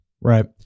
Right